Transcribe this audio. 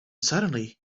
suddenly